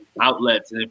outlets